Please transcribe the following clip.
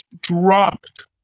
dropped